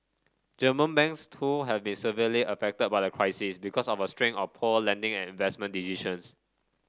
German banks too have been severely affected by the crisis because of a string of poor lending and investment decisions